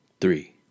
Three